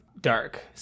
dark